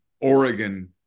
Oregon